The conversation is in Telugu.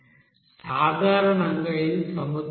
సాధారణంగా ఇది సముద్రపు నీరు